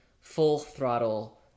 full-throttle